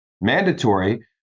mandatory